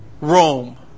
Rome